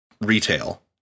retail